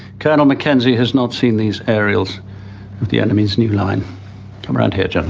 colonel mackenzie has not seen these aerials of the enemy's new line. come around here, yeah